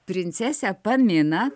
princesę paminą